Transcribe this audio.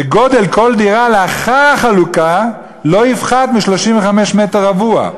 וגודל כל דירה לאחר החלוקה לא יפחת מ-35 מטר רבוע,